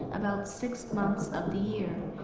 about six months of the year,